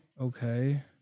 okay